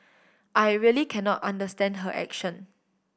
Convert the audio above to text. I really cannot understand her action